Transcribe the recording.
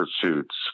pursuits